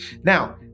Now